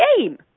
game